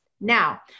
Now